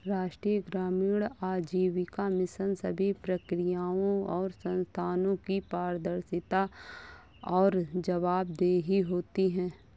राष्ट्रीय ग्रामीण आजीविका मिशन सभी प्रक्रियाओं और संस्थानों की पारदर्शिता और जवाबदेही होती है